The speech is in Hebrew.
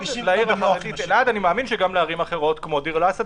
ואני אשמח תיכף להעביר לך את המסמך העדכני